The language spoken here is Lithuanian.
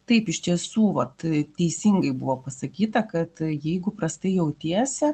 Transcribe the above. taip iš tiesų vat teisingai buvo pasakyta kad jeigu prastai jautiesi